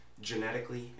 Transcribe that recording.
genetically